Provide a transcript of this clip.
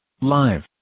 live